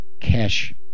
cash